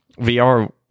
VR